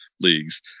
leagues